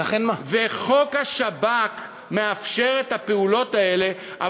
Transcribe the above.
וחוק השב"כ מאפשר את הפעולות האלה, תודה.